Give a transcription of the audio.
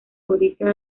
codicia